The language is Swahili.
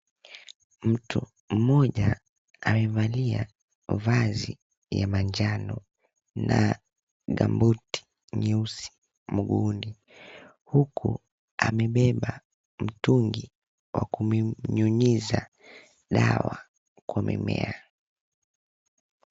Mtu mmoja amevalia vazi ya manjano na gumboot nyeusi mguuni, huku amebeba mtungi wa kunyunyiza dawa kwa mimea.